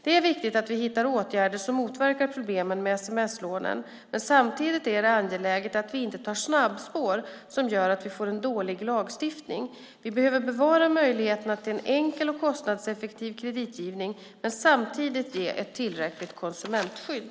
Det är viktigt att vi hittar åtgärder som motverkar problemen med sms-lånen, men samtidigt är det angeläget att vi inte tar ett snabbspår som gör att vi får en dålig lagstiftning. Vi behöver bevara möjligheterna till en enkel och kostnadseffektiv kreditgivning, men samtidigt ge ett tillräckligt konsumentskydd.